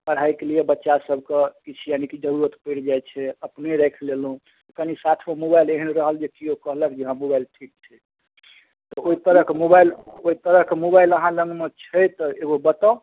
पढ़ाइ कऽ लिअ बच्चा सभकऽ किछु यानि कि जरूरत पड़ि जाइत छै अपने राखि लेलहुँ कनि साथोमे मोबाइल एहन रहल जे केओ कहलक जे हँ मोबाइल ठीक ठीक तऽ ओ तरहक मोबाइल ओहि तरह कऽ मोबाइल अहाँ लङ्गमे छै तऽ एगो बताउ